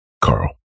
Carl